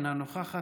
אינה נוכחת,